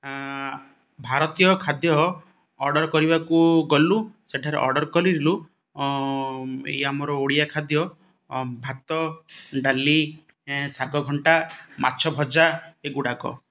ଭାରତୀୟ ଖାଦ୍ୟ ଅର୍ଡ଼ର୍ କରିବାକୁ ଗଲୁ ସେଠାରେ ଅର୍ଡ଼ର୍ କରିଲୁ ଏଇ ଆମର ଓଡ଼ିଆ ଖାଦ୍ୟ ଭାତ ଡାଲି ଶାଗ ଘଣ୍ଟା ମାଛ ଭଜା ଏଗୁଡ଼ାକ